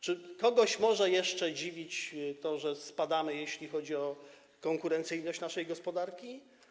Czy kogoś może jeszcze dziwić to, że spadamy, jeśli chodzi o konkurencyjność naszej gospodarki?